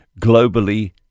globally